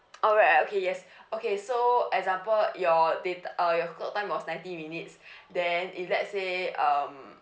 alright alright okay yes okay so example your data uh your talk time was ninety minutes then if let's say um